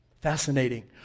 Fascinating